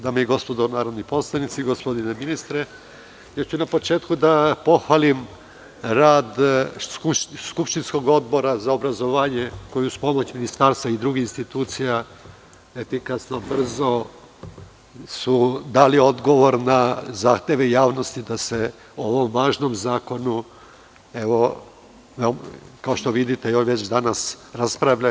Dame i gospodo narodni poslanici, gospodine ministre, na početku ću da pohvalim rad skupštinskog Odbora za obrazovanje, koji je uz pomoć Ministarstva i drugih institucija efikasno, brzo dao odgovor na zahteve javnosti da se o ovom važnom zakonu, kao što vidite, već danas raspravlja.